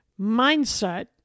mindset